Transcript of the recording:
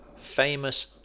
Famous